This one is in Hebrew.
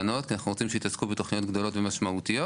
קטנות כי אנחנו רוצים שיתעסקו בתוכניות גדולות ומשמעותיות,